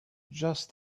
just